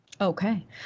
okay